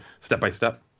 step-by-step